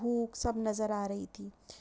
بھوک سب نظر آ رہی تھی